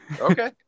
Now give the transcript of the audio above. Okay